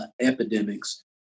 epidemics